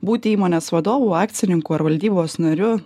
būti įmonės vadovu akcininku ar valdybos nariu